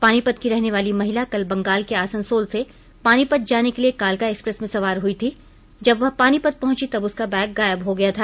पानीपत की रहने वाली महिला कल बंगाल के आसनसोल से पानीपत जाने के लिए कालका एक्सप्रेस में सवार हुई थी जब वह पानीपत पहुंची तब उसका बैग गायब हो गया था